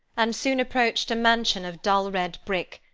and soon approached a mansion of dull red brick,